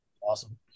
Awesome